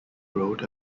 road